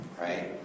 right